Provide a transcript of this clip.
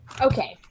Okay